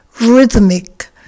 rhythmic